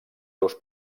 seus